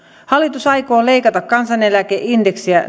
hallitus aikoo leikata kansaneläkeindeksiä